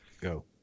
Go